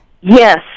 yes